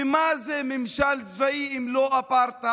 ומה זה ממשל צבאי אם לא אפרטהייד?